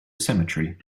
cemetery